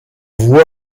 voix